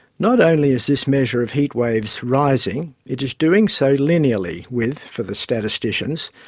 not only is this measure of heat waves rising, it is doing so linearly with, for the statisticians,